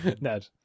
Ned